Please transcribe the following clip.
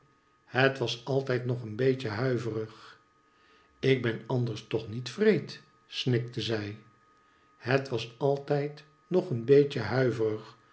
het was altijd nog een beetje huiverig ik ben anders toch niet wreed snikte zij het was altijd nog een beetj